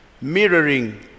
mirroring